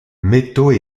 métaux